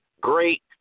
Great